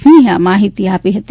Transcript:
સિંહે આ માહિતી આપી હતી